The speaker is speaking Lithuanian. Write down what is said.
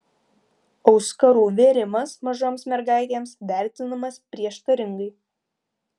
auskarų vėrimas mažoms mergaitėms vertinamas prieštaringai